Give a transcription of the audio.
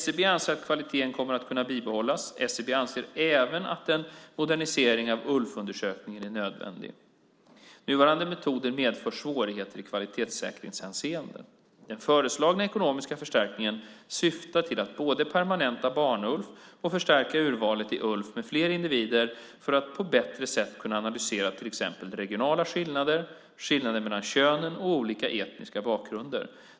SCB anser att kvaliteten kommer att kunna bibehållas. SCB anser även att en modernisering av ULF-undersökningen är nödvändig. Nuvarande metoder medför svårigheter i kvalitetssäkringshänseende. Den föreslagna ekonomiska förstärkningen syftar till att både permanenta Barn-ULF och förstärka urvalet i ULF med fler individer för att på bättre sätt kunna analysera till exempel regionala skillnader, skillnader mellan könen och olika etniska bakgrunder.